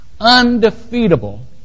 undefeatable